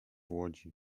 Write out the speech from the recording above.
łodzi